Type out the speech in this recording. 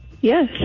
Yes